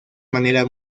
manera